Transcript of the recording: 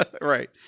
Right